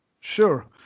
Sure